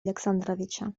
александровича